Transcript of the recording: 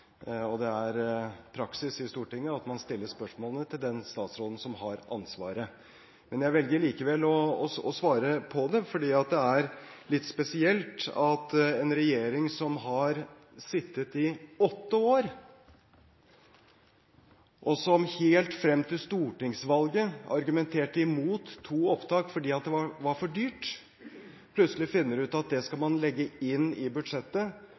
og det er praksis i Stortinget at man stiller spørsmålene til den statsråden som har ansvaret. Jeg velger likevel å svare på det, fordi det er litt spesielt at en regjering som har sittet i åtte år, og som helt frem til stortingsvalget argumenterte mot to opptak fordi det var for dyrt, plutselig finner ut at det skal man legge inn i budsjettet